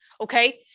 Okay